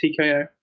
TKO